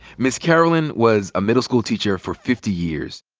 miss carolyn was a middle-school teacher for fifty years.